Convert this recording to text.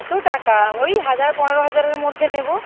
কত টাকা ওই হাজার পনেরো হাজারের মধ্যে নেব